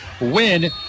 win